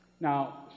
Now